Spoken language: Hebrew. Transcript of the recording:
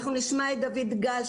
אנחנו נשמע את דויד גל,